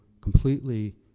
completely